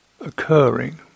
occurring